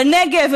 בנגב,